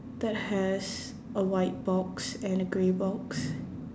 that has a white box and a grey box